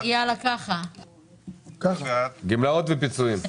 אלה בדרך כלל בניינים עם מעליות.